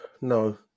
no